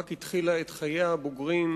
רק התחילה את חייה הבוגרים.